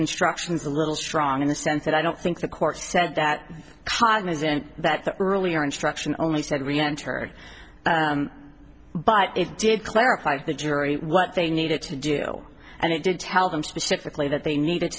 instructions a little strong in the sense that i don't think the court said that cognizant that the earlier instruction only said reenter but it did clarify the jury what they needed to do and it did tell them specifically that they needed